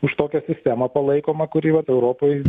už tokią sistemą palaikomą kur jau vat europoj